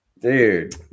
Dude